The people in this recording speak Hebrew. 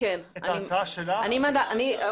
(הישיבה נפסקה בשעה 10:15 ונתחדשה בשעה 10:20.) אני מחדשת את הישיבה.